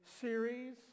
series